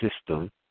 system